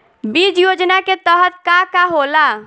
बीज योजना के तहत का का होला?